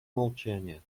молчания